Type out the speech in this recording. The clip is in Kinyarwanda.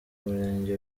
murenge